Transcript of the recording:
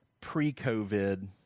pre-COVID